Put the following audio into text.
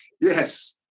Yes